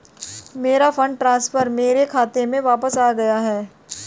मेरा fund transfer मेरे खाते में वापस आ गया है